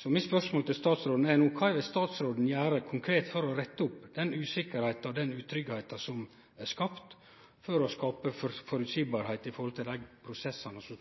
Så mitt spørsmål til statsråden er: Kva gjer statsråden konkret for å rette opp den utryggleiken som er skapt – og gjere dei vidare prosessane når